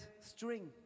string